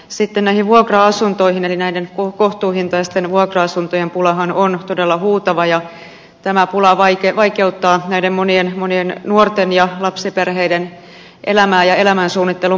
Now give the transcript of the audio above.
sitten näihin vuokra asuntoihin eli kohtuuhintaisten vuokra asuntojen pulahan on todella huutava ja tämä pula vaikeuttaa monien nuorten ja lapsiperheiden elämää ja elämän suunnittelun mahdollisuuksia